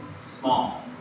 small